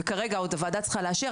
וכרגע עוד הוועדה צריכה לאשר,